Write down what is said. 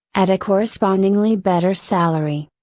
at a correspondingly better salary.